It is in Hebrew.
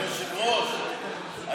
כן, בבקשה.